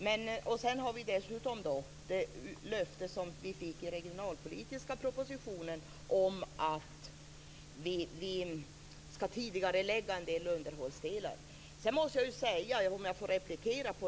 Dessutom fick vi ett löfte i den regionalpolitiska propositionen om att en del underhållsarbete skall tidigareläggas.